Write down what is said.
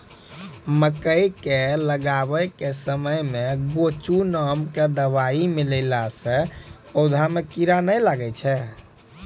मकई के लगाबै के समय मे गोचु नाम के दवाई मिलैला से पौधा मे कीड़ा नैय लागै छै?